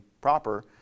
proper